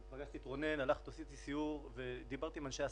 פגשתי את רונן, עשיתי סיור ודיברתי עם אנשי עסקים.